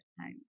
time